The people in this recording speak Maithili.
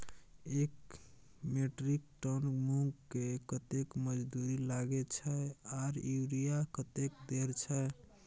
एक मेट्रिक टन मूंग में कतेक मजदूरी लागे छै आर यूरिया कतेक देर छै?